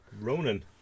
Ronan